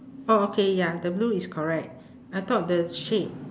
oh okay ya the blue is correct I thought the shade